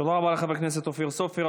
תודה רבה לחבר הכנסת אופיר סופר.